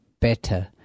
better